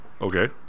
Okay